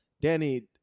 Danny